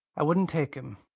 i wouldn't take him.